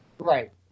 Right